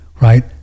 right